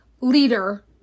leader